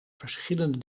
verschillende